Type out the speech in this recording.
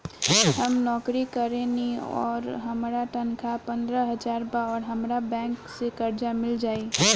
हम नौकरी करेनी आउर हमार तनख़ाह पंद्रह हज़ार बा और हमरा बैंक से कर्जा मिल जायी?